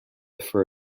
for